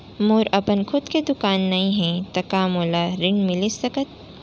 मोर अपन खुद के दुकान नई हे त का मोला ऋण मिलिस सकत?